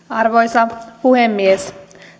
arvoisa puhemies